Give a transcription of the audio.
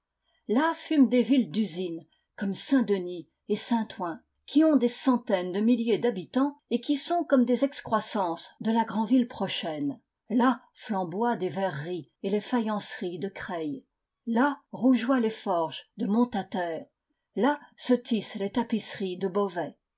là fument des villes d'usines comme saint-denis et saint-ouen qui ont des centaines de milliers d'habitants et qui sont comme des excroissances de la grand ville prochaine là flamboient des verreries et les faïenceries de creil là rougeoient les forges de montataire là se tissent les tapisseries de beauvais